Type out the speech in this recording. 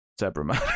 Zebra-Man